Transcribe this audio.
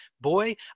boy